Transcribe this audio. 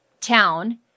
town